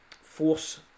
force